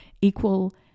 equal